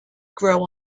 grow